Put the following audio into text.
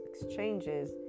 exchanges